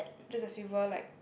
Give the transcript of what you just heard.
just a silver like